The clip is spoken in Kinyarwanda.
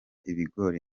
ibigori